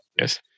yes